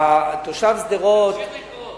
תושב שדרות, תמשיך לקרוא.